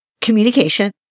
communication